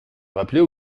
rappeler